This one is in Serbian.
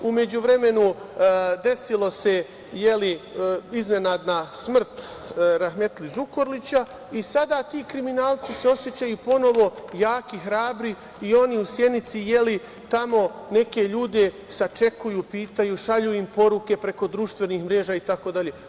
U međuvremenu desila se iznenadna smrt rahmetli Zukorlića i sada ti kriminalci se osećaju ponovo jaki, hrabri i oni u Sjenici tamo neke ljude sačekuju, pitaju, šalju im poruke preko društvenih mreža itd.